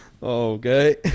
okay